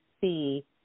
see